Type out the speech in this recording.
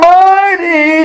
mighty